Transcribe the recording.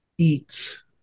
eats